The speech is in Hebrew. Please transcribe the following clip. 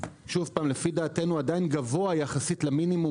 לדעתנו הוא עדיין גבוה יחסית למינימום